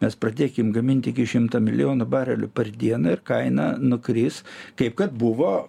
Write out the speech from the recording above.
mes pradėkim gamint iki šimto milijonų barelių per dieną ir kaina nukris kaip kad buvo